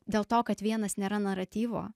dėl to kad vienas nėra naratyvo